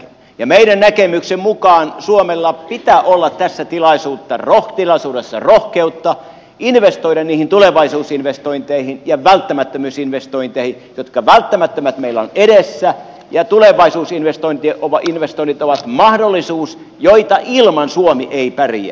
ja meidän näkemyksemme mukaan suomella pitää olla tässä tilaisuudessa rohkeutta investoida niihin tulevaisuusinvestointeihin ja välttämättömyysinvestointeihin joista välttämättömät meillä ovat edessä ja tulevaisuusinvestoinnit ovat mahdollisuus jota ilman suomi ei pärjää